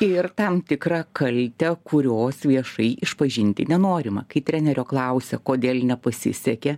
ir tam tikrą kaltę kurios viešai išpažinti nenorima kai trenerio klausia kodėl nepasisekė